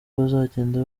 bazagenda